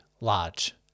large